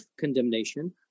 condemnation